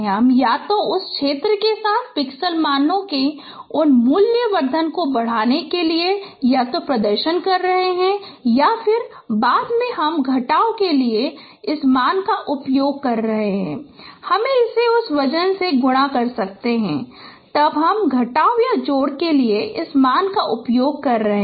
हम या तो उस क्षेत्र के साथ पिक्सेल मानों के उन मूल्यवर्धन को बढ़ाने के लिए या तो प्रदर्शन कर रहे हैं और फिर बाद में हम घटाव के लिए इस मान का उपयोग कर रहे हैं हम इसे उस वजन से गुणा कर सकते हैं तब हम घटाव या जोड़ के लिए इस मान का उपयोग कर रहे हैं